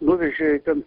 nuvežė į ten